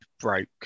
broke